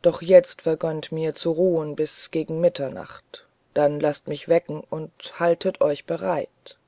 doch jetzt vergönnt mir zu ruhen bis gegen mitternacht dann laßt mich wecken und haltet euch bereit